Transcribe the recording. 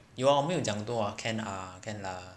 有啊我们有讲很多 ah can ah can lah